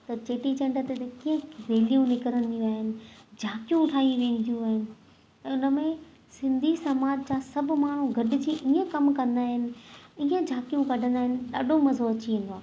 त चेटीचंड ते कीअं रैलियूं निकिरंदियूं आहिनि झांकियूं ठाहियूं वेंदियूं आहिनि त उन में सिंधी समाज जा सभु माण्हू गॾिजी ईअं कमु कंदा आहिनि ईअं झांकियूं कढंदा आहिनि ॾाढो मज़ो अची वेंदो आहे